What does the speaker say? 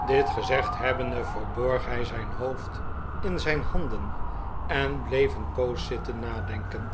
dit gezegd hebbende verborg hij zijn hoofd in zijn handen en bleef een poos zitten nadenken